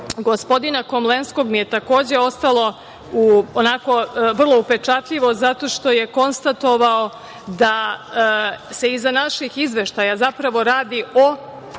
gospodina Komlenskog mi je takođe ostalo onako vrlo upečatljivo zato što je konstatovao da se iza naših izveštaja zapravo radi o